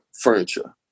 furniture